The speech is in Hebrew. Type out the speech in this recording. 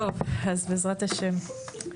טוב, אז בעזרת השם.